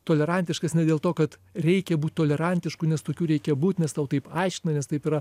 tolerantiškas ne dėl to kad reikia būt tolerantišku nes tokių reikia būt nes tau taip aiškina nes taip yra